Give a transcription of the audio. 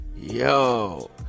yo